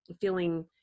feeling